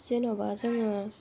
जेनेबा जोङो